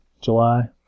July